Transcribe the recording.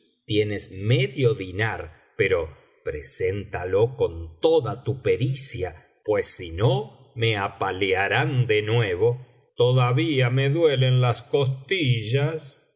tienes medio diñar pero preséntalo con toda tu pericia pues si no me apalearán de nuevo todavía me duelen las costillas